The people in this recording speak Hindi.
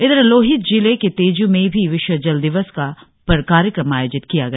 इधर लोहित जिले के तेजू में भी विश्व जल दिवस पर कार्यक्रम आयोजित किया गया